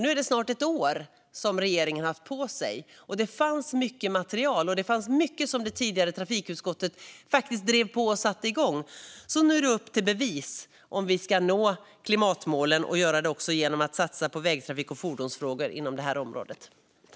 Nu har regeringen snart haft ett år på sig. Det fanns mycket material och mycket som det tidigare trafikutskottet drev på och satte igång. Nu är det upp till bevis om vi ska nå klimatmålen och också göra det genom att satsa på vägtrafik och fordonsfrågor inom det här området.